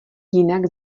jinak